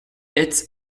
its